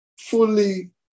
Fully